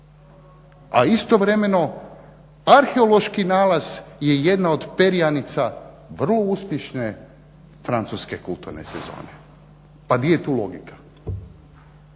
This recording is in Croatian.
A istovremeno arheološki nalaz je jedan od perjanica vrlo uspješne francuske kulturne sezone. Pa di je tu logika